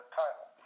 title